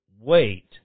wait